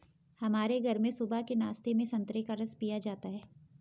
हमारे घर में सुबह के नाश्ते में संतरे का रस पिया जाता है